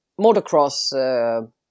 motocross